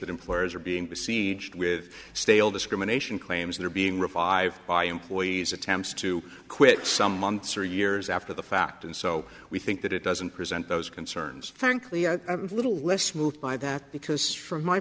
that employers are being besieged with stale discrimination claims that are being revived by employees attempts to quit some months or years after the fact and so we think that it doesn't present those concerns frankly a little less moved by that because strong my